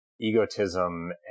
egotism